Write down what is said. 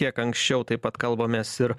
kiek anksčiau taip pat kalbamės ir